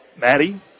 Maddie